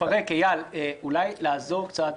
אייל, אולי אפשר לעזור קצת.